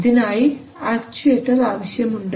ഇതിനായി ആക്ച്ചുവെറ്റർ ആവശ്യമുണ്ട്